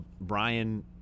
Brian